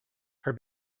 her